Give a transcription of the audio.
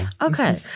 Okay